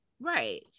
right